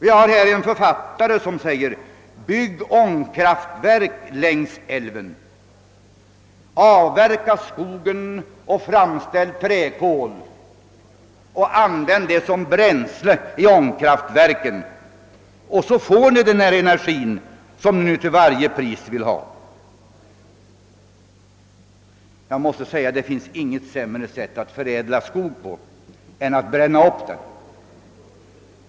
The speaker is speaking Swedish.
Vi har t.ex. en som säger: Bygg ångkraftverk längs älven, avverka skogen, framställ träkol och använd det som bränsle i ångkraftverket så får ni den energi som ni vill ha. Jag måste säga att jag tror inte det finns något sämre sätt att utnyttja skog än att bränna upp den.